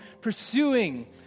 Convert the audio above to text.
pursuing